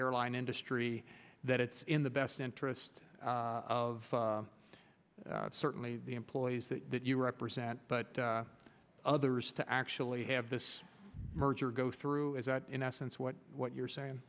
airline industry that it's in the best interest of certainly the employees that you represent but others to actually have this merger go through is that in essence what what you're saying